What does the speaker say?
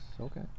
Okay